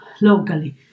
locally